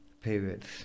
periods